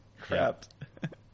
crap